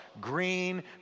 Green